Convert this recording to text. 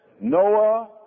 Noah